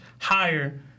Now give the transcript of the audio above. higher